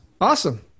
awesome